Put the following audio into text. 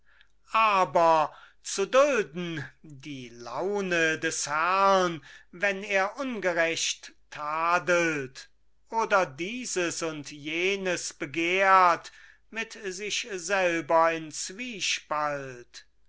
aber zu dulden die laune des herrn wenn er ungerecht tadelt oder dieses und jenes begehrt mit sich selber in zwiespalt